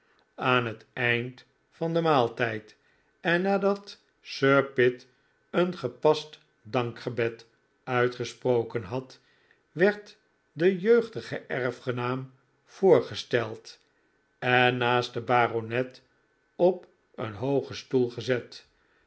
aan het eind van den maaltijd en nadat sir pitt een gepast dankgebed uitgesproken had werd de jeugdige erfgenaam voorgesteld en naast den baronet op een hoogen stoel gezet